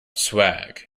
swag